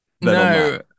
no